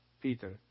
Peter